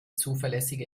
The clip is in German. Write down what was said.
zuverlässige